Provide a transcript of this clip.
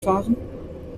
fahren